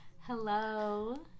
hello